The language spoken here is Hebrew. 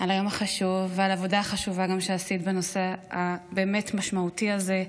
על היום החשוב וגם על העבודה החשובה שעשית בנושא הבאמת-משמעותי הזה,